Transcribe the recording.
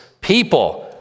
people